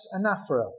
anaphora